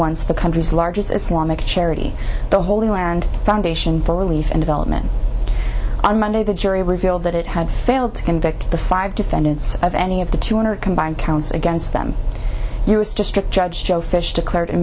once the country's largest islamic charity the holy land foundation for relief and development on monday the jury revealed that it had failed to convict the five defendants of any of the two hundred combined counts against them district judge joe fish declared a